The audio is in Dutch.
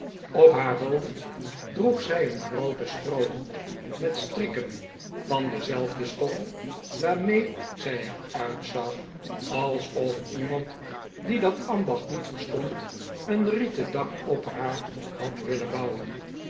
op haar hoofd droeg zij een grooten stroohoed met strikken van dezelfde stof waarmee zij er uitzag alsof iemand die dat ambacht niet verstond een rieten dak op haar had willen bouwen